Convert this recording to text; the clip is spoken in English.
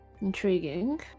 Intriguing